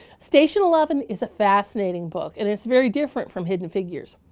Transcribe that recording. station eleven is a fascinating book and it's very different from hidden figures.